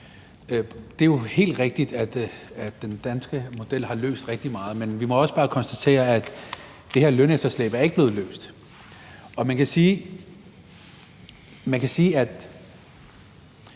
Det er jo helt rigtigt, at den danske model har løst rigtig meget, men vi må jo også bare konstatere, at det her lønefterslæb ikke er blevet løst. Man kan sige, at